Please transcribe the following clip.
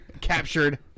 Captured